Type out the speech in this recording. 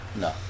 No